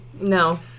No